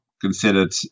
considered